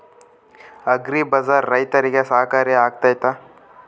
Agri Bazaar ರೈತರಿಗೆ ಸಹಕಾರಿ ಆಗ್ತೈತಾ?